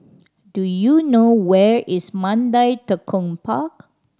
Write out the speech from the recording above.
do you know where is Mandai Tekong Park